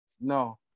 No